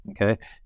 Okay